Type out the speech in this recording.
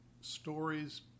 stories